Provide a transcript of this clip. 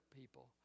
people